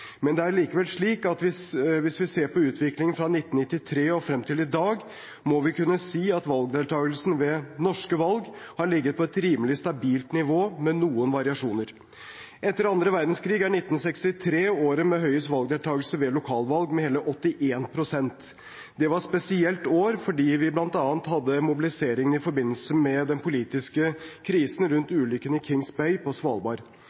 Men det er likevel slik at ser vi på utviklingen fra 1993 og frem til i dag, må vi kunne si at valgdeltakelsen ved norske valg har ligget på et rimelig stabilt nivå, med noen variasjoner. Etter annen verdenskrig er 1963 året med høyest valgdeltakelse ved lokalvalg med hele 81 pst. Det var et spesielt år fordi vi bl.a. hadde mobilisering i forbindelse med den politiske krisen rundt ulykken i Kings Bay på Svalbard.